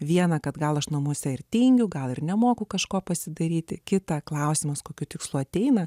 viena kad gal aš namuose ir tingiu gal ir nemoku kažko pasidaryti kitą klausimas kokiu tikslu ateina